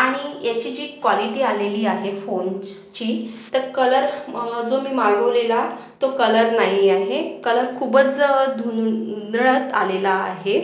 आणि याची जी क्वॉलिटी आलेली आहे फोनचची तर कलर म जो मी मागवलेला तो कलर नाही आहे कलर खूपच धुंदरत आलेला आहे